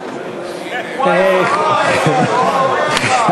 להביע אי-אמון בממשלה לא נתקבלה.